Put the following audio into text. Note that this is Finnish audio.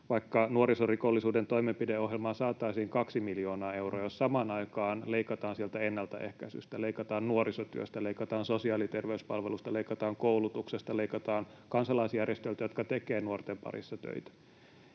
vaikka nuorisorikollisuuden toimenpideohjelmaan saataisiin kaksi miljoonaa euroa, jos samaan aikaan leikataan sieltä ennaltaehkäisystä, leikataan nuorisotyöstä, leikataan sosiaali- ja terveyspalveluista, leikataan koulutuksesta, leikataan kansalaisjärjestöiltä, jotka tekevät nuorten parissa töitä,